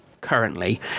currently